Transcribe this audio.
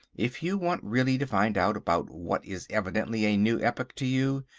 if you want really to find out about what is evidently a new epoch to you,